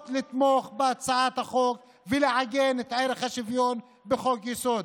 לתמוך בהצעה ולעגן את ערך השוויון בחוק-יסוד.